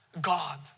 God